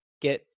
get